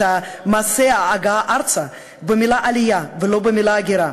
מעשה ההגעה ארצה "עלייה" ולא "הגירה".